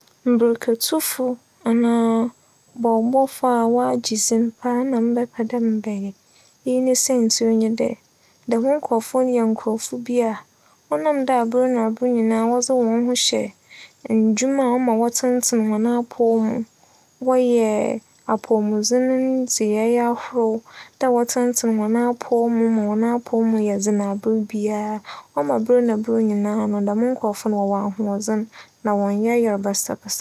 Mbirikatufo anaa bͻͻlbͻfo a wͻagye dzin paa na mebɛpɛ dɛ mebɛyɛ. Iyi ne siantsir nye dɛ, dɛm nkorͻfo no yɛ nkorͻfo bi a ͻnam dɛ aber na aber nyinaa wͻdze hͻn ho hyɛ ndwuma a ͻma wͻtsentsen hͻn apͻw mu no, wͻyɛ apͻwmudzen ndzeyɛɛ ahorow dɛ wͻtsentsen hͻn apͻw mu ma hͻn apͻw mu yɛ dzen aber biara no, ͻma ber na ber biara dɛm nkorͻfo no wͻwͻ ahoͻdzen na wͻnnyaayar basabasa.